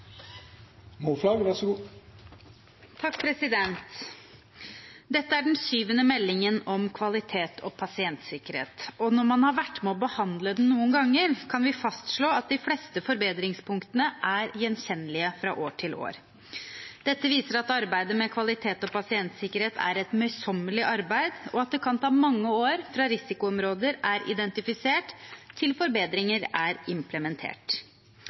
Dette er den syvende meldingen om kvalitet- og pasientsikkerhet, og når man har vært med og behandlet den noen ganger, kan vi fastslå at de fleste forbedringspunktene er gjenkjennelige fra år til år. Dette viser at arbeidet med kvalitet og pasientsikkerhet er et møysommelig arbeid, og at det kan ta mange år fra risikoområder er identifisert til forbedringer er implementert.